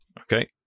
Okay